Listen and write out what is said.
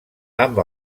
amb